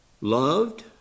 loved